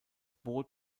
boot